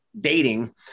dating